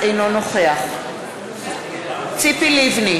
אינו נוכח ציפי לבני,